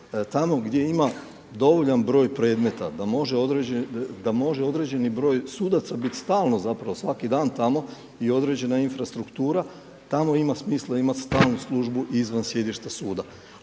Tamo gdje ima dovoljan broj predmeta da može određeni broj sudaca bit stalno zapravo svaki dan tamo i određena infrastruktura, tamo ima smisla imat stalnu službu i izvan sjedišta suda.